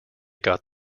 got